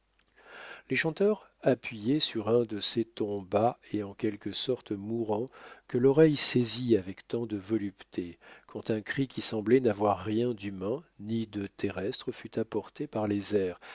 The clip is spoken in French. les chanteurs appuyaient sur un de ces tons bas et en quelque sorte mourants que l'oreille saisit avec tant de volupté quand un cri qui semblait n'avoir rien d'humain ni de terrestre fut apporté par les airs